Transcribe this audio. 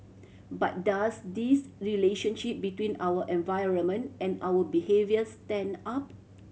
but does this relationship between our environment and our behaviour stand up